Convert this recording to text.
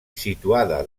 situada